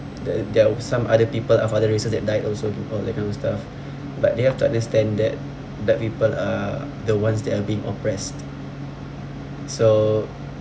the there are some other people of other races that died also people all that kind of stuff but they have to understand that black people are the ones that are being oppressed so